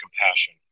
compassion